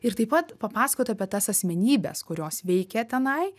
ir taip pat papasakoti apie tas asmenybes kurios veikia tenai